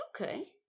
Okay